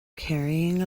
carrying